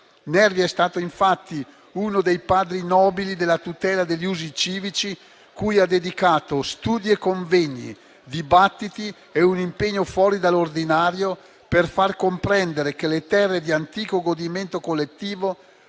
Nervi è stato infatti uno dei padri nobili della tutela degli usi civici, cui ha dedicato studi e convegni, dibattiti e un impegno fuori dall'ordinario per far comprendere che le terre di antico godimento collettivo